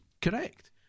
Correct